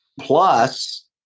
Plus